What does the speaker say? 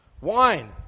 wine